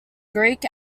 greek